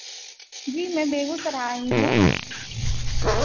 जी मैं बेगूसराय आई हूँ